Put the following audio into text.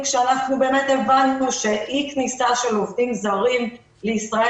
כשאנחנו באמת הבנו שאי כניסה של עובדים זרים לישראל